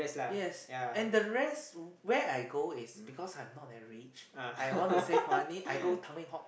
yes and the rest where I go is because I'm not that rich I want to save money I go Tanglin Halt